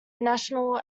national